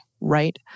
right